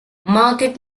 market